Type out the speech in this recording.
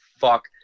fuck